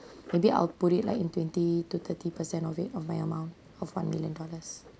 maybe I'll put it like in twenty to thirty per cent of it of my amount of one million dollars